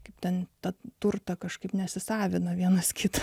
kaip ten tad turtą kažkaip nesisavina vienas kito